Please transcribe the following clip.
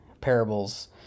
parables